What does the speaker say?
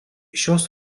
šios